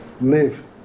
live